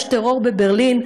יש טרור בברלין,